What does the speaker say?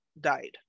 died